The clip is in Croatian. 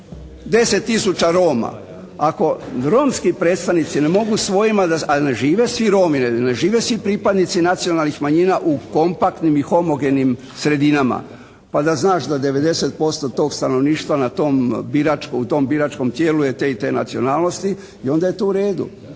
tisuća Roma. Ako romski predstavnici ne mogu svojima, a ne žive svi Romi, ne žive svi pripadnici nacionalnih manjina i kompaktnim i homogenim sredinama pa da znaš da 90% tog stanovništva u tom biračkom, u tom biračkom tijelu je te i te nacionalnosti. I onda je to u redu,